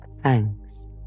thanks